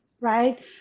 Right